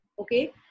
Okay